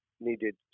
needed